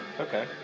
Okay